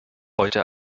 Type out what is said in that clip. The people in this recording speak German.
heute